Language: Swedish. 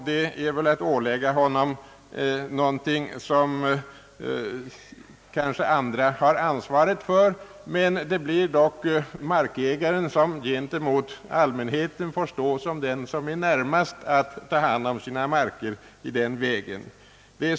Det vore väl att ålägga honom något som andra kanske är ansvariga för, men det blir dock markägaren som gentemot allmänheten närmast får ta hand om sina marker i detta avseende.